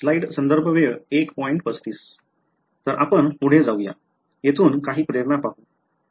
तर आपण पुढे जाऊया येथून काही प्रेरणा पाहू